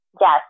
Yes